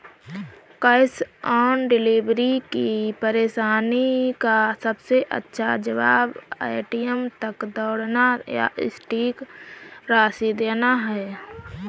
cash on delivery की परेशानी का सबसे अच्छा जवाब, ए.टी.एम तक दौड़ना या सटीक राशि देना है